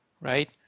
right